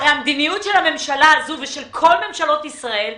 הרי המדיניות של הממשלה הזאת ושל כל ממשלות ישראל,